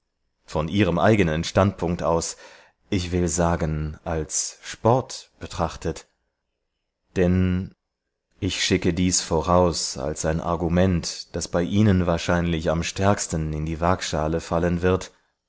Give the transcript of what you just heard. von ihrem eigenen standpunkt aus ich will sagen als sport betrachtet denn ich schicke dies voraus als ein argument das bei ihnen wahrscheinlich am stärksten in die wagschale fallen wird